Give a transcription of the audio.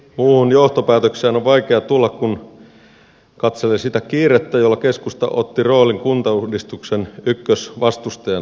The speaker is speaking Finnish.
muuhun johtopäätökseen on vaikea tulla kun katselee sitä kiirettä jolla keskusta otti roolin kuntauudistuksen ykkösvastustajana